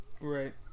right